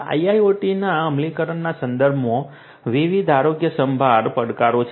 IIoT ના અમલીકરણના સંદર્ભમાં વિવિધ આરોગ્યસંભાળ પડકારો છે